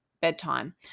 bedtime